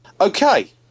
okay